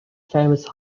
famous